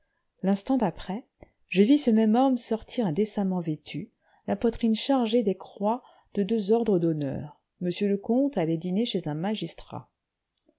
l'instant d'après je vis ce même homme sortir décemment vêtu la poitrine chargée des croix de deux ordres d'honneur monsieur le comte allait dîner chez un magistrat